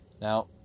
Now